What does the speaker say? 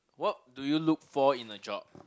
what do you look for in the job